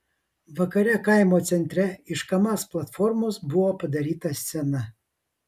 vakare kaimo centre iš kamaz platformos buvo padaryta scena